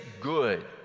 good